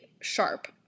sharp